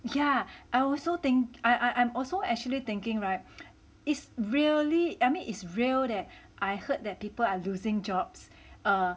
ya I also think I I I'm also actually thinking [right] is really I mean is real that I heard that people are losing jobs